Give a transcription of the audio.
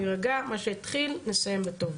נירגע ואת מה שהתחיל נסיים בטוב.